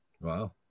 Wow